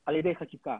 על ידי חקיקה.